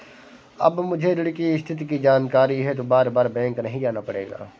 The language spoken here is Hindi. अब मुझे ऋण की स्थिति की जानकारी हेतु बारबार बैंक नहीं जाना पड़ेगा